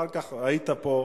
אחר כך, היית פה,